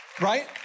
Right